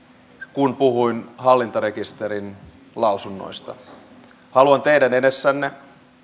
kun puhuin hallintarekisterin lausunnoista haluan teidän edessänne